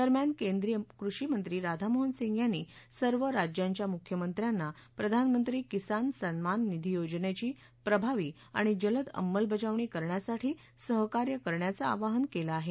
दरम्यान केंद्रीय कृषी मंत्री राधामोहन सिंह यांनी सर्व राज्यांच्या मूख्यमंत्र्यांना प्रधानमंत्री किसान सन्मान निधी योजनेची प्रभावी आणि जलद अंमलबजावणी करण्यासाठी सहकार्य करण्याचं आवाहन केलं आहे